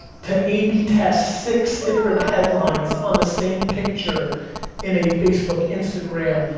to a b test six different headlines on the same picture in a facebook, instagram,